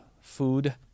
food